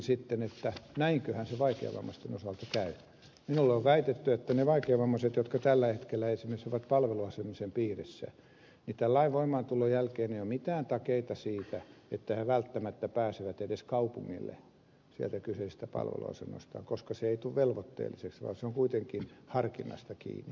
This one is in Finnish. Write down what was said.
minulle on väitetty että tämän lain voimaantulon jälkeen ei ole mitään takeita siitä että ne vaikeavammaiset jotka tällä hetkellä esimerkiksi ovat palveluasumisen piirissä pitää lain voimaantulon jälkeen ja mitään takeita siitä ettei välttämättä pääsevät edes kaupungille sieltä kyseisestä palveluasunnostaan koska se ei tule velvoitteelliseksi vaan se on kuitenkin harkinnasta kiinni